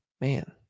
Man